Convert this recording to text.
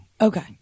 okay